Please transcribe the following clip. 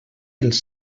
els